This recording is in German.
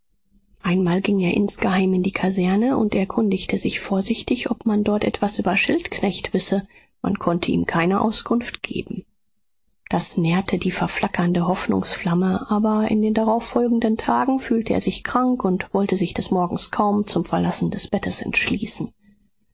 einmal ging er insgeheim in die kaserne und erkundigte sich vorsichtig ob man dort etwas über schildknecht wisse man konnte ihm keine auskunft geben das nährte die verflackernde hoffnungsflamme aber in den darauffolgenden tagen fühlte er sich krank und wollte sich des morgens kaum zum verlassen des bettes entschließen